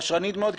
פשרנית מאוד,